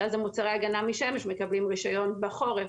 שאז מוצרי הגנה משמש מקבלים רישיון בחורף,